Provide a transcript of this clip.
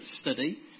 study